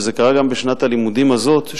וזה קרה גם בשנת הלימודים הזאת,